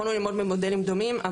יכולנו ללמוד ממודלים דומים,